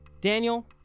Daniel